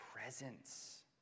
presence